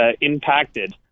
impacted